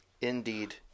Indeed